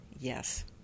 Yes